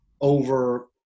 over